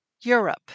Europe